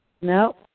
No